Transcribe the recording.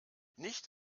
nicht